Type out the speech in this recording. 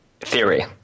Theory